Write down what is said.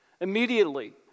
Immediately